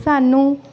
ਸਾਨੂੰ